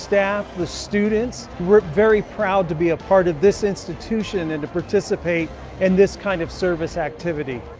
staff, the students, were very proud to be a part of this institution and to participate in this kind of service activity.